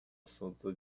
assuntos